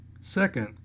second